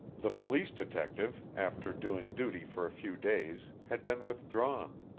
the police detective, after doing duty for a few days, had been withdrawn,